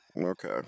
Okay